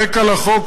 הרקע לחוק,